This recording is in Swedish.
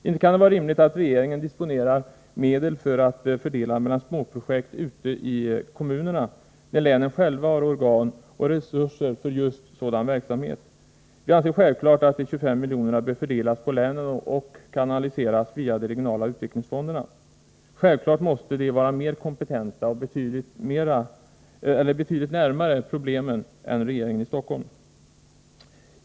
Inte kan det vara rimligt att regeringen disponerar medel för att fördela mellan småprojekt ute i kommunerna när länen själva har organ och resurser för just sådan verksamhet. Vi anser att de 25 miljonerna bör fördelas på länen och kanaliseras via de regionala utvecklingsfonderna. Självfallet måste de vara mera kompetenta och betydligt närmare problemen än regeringen i Stockholm.